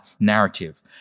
narrative